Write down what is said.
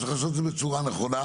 צריך לעשות את זה בצורה נכונה,